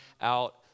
out